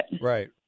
Right